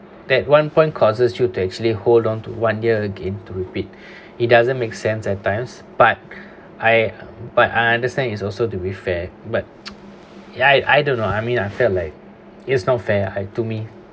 that one point causes you to actually hold on to one year again to repeat it doesn't make sense at times but I but I understand is also to be fair but ya I I don't know I mean I'm felt like it's not fair lah like to me